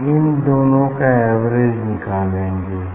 हम इन दोनों का एवरेज निकालेंगे